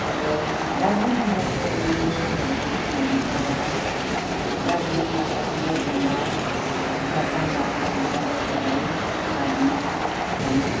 अबो दार्जिलिङ जिल्लाको एमएलएहरूको नाम भन्न पर्दा दार्जिलिङबाट निरज जिम्बा खरसाङबाट बि पि बचगाई आदि छन्